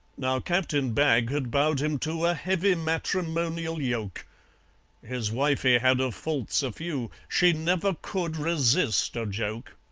now, captain bagg had bowed him to a heavy matrimonial yoke his wifey had of faults a few she never could resist a joke.